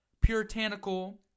puritanical